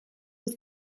was